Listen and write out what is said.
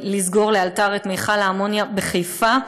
לסגור לאלתר את מכל האמוניה בחיפה.